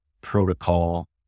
protocol